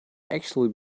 actually